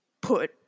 put